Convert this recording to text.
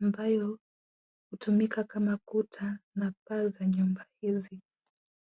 ambayo hutumika kama ukuta na paa za nyumba hizi.